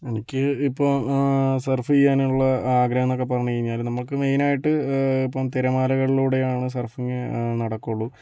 എനിക്ക് ഇപ്പം സർഫ് ചെയ്യാനുള്ള ആഗ്രഹമെന്നൊക്കെ പറഞ്ഞ് കഴിഞ്ഞാല് നമുക്ക് മെയ്നായിട്ട് ഇപ്പം തിരമാലകളിലൂടെയാണ് സർഫിങ് നടക്കുവൊള്ളു